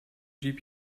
den